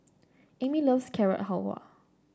Amie loves Carrot Halwa